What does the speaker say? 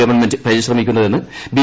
government പരിശ്രമിക്കുന്നതെന്ന് B